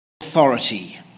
authority